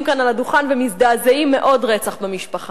כאן על הדוכן ומזדעזעים מעוד רצח במשפחה.